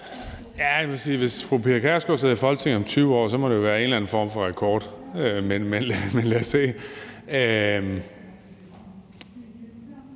at hvis fru Pia Kjærsgaard sidder i Folketinget om 20 år, må det være en eller anden form for rekord. Jeg har ikke været